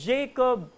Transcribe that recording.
Jacob